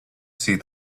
see